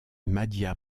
madhya